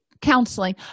counseling